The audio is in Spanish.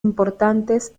importantes